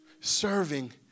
Serving